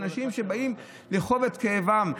אנשים שבאים לכאוב את כאבם,